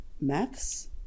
maths